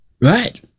Right